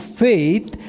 faith